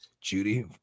Judy